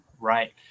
right